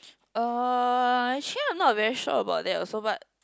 uh actually I'm not very sure about that also but